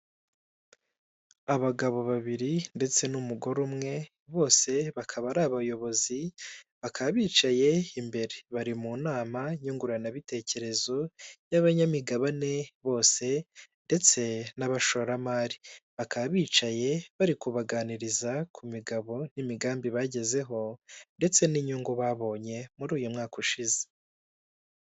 Abagabo babiri ndetse n'umugore umwe, bose bakaba ari abayobozi bakaba bicaye imbere, bari mu nama nyunguranabitekerezo y'abanyamigabane bose ndetse n'abashoramari, bakaba bicaye bari kubaganiriza ku migabo n'imigambi bagezeho ndetse n'inyungu babonye muri uyu mwaka ushize.